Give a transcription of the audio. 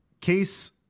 Case